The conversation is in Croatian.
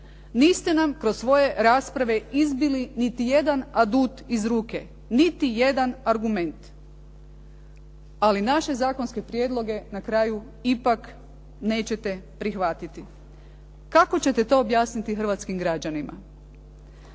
Niste nam kroz svoje rasprave izbili niti jedan adut iz ruke. Niti jedan argument. Ali naše zakonske prijedloge na kraju ipak nećete prihvatiti. Kako ćete to objasniti hrvatskim građanima?